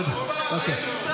אבל הוא בא ביד השנייה ודורש,